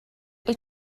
wyt